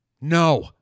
No